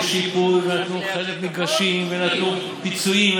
נתנו שיפוי ונתנו לחלק נתנו מגרשים ונתנו פיצויים,